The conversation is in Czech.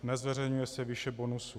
Nezveřejňuje se výše bonusů.